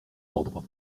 ordre